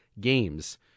games